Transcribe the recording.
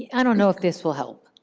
i don't know if this will help,